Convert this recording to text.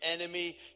enemy